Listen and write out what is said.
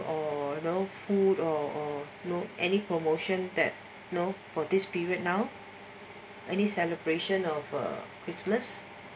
or food or your know any promotion that you know for this period now any celebration of uh christmas